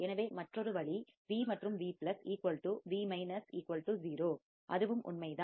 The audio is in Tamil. எனவே மற்றொரு வழி V மற்றும் V V 0 அதுவும் உண்மைதான்